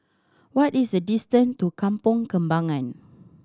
what is the distance to Kampong Kembangan